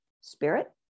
Spirit